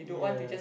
yeah